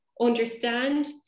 understand